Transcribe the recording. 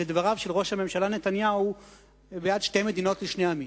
לדבריו של ראש הממשלה נתניהו שהוא בעד שתי מדינות לשני העמים.